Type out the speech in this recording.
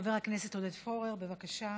חבר הכנסת עודד פורר, בבקשה.